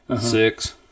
six